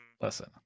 Listen